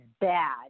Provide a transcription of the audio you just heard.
bad